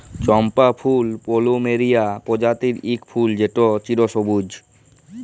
চম্পা ফুল পলুমেরিয়া প্রজাতির ইক ফুল যেট চিরসবুজ